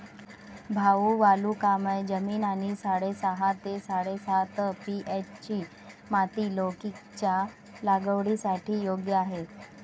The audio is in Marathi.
भाऊ वालुकामय जमीन आणि साडेसहा ते साडेसात पी.एच.ची माती लौकीच्या लागवडीसाठी योग्य आहे